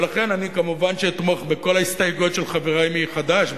ולכן אני כמובן אתמוך בכל ההסתייגויות של חברי מחד"ש,